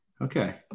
Okay